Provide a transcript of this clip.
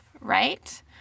right